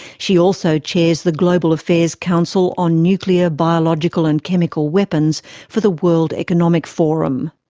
she also chairs the global affairs council on nuclear, biological, and chemical weapons for the world economic forum.